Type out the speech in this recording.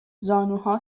زانوها